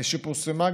והיא גם פורסמה,